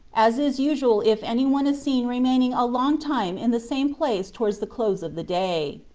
as is usual if any one is seen remaining a long time in the same place towards the close of the day.